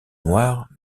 noire